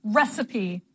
recipe